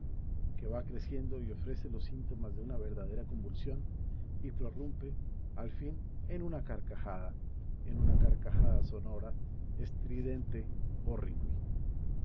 que va creciendo y ofrece los síntomas de una verdadera convulsión y prorrumpe al fin en una carcajada en una carcajada sonora estridente